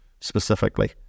specifically